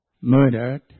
murdered